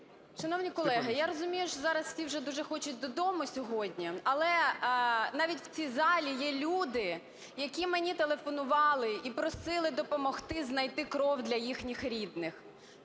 Шановні колеги, я розумію, що зараз всі вже дуже хочуть додому сьогодні. Але навіть в цій залі є люди, які мені телефонували і просили допомогти знайти кров для їхніх рідних.